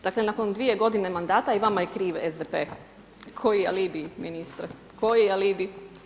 Dakle, nakon dvije godine mandata i vama je kriv SDP, koji alibi ministre, koji alibi.